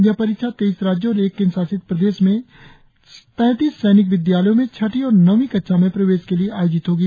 यह परीक्षा तेईस राज्यों और एक केंद्रशासित प्रदेश में तैतीस सैनिक विदयालयों में छठी और नवीं कक्षा में प्रवे के लिए आयोजित होगी